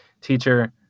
teacher